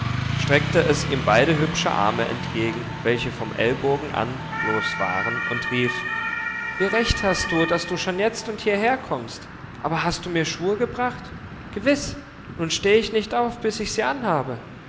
streckte es ihm beide hübsche arme entgegen welche vom ellbogen an bloß waren und rief wie recht hast du daß du schon jetzt und hierher kommst aber hast du mir schuhe gebracht gewiß nun steh ich nicht auf bis ich sie anhabe